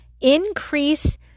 Increase